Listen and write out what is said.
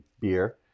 beer